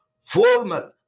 formal